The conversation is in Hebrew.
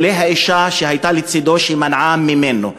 לולא האישה שהייתה לצדו ומנעה ממנו.